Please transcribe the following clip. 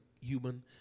human